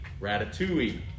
Ratatouille